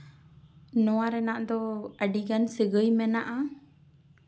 ᱱᱚᱣᱟ ᱨᱮᱱᱟᱜ ᱫᱚ ᱟᱹᱰᱤᱜᱟᱱ ᱥᱟᱹᱜᱟᱹᱭ ᱢᱮᱱᱟᱜᱼᱟ